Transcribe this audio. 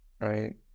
Right